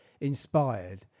inspired